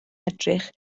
edrych